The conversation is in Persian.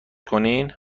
کنین